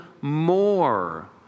more